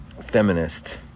Feminist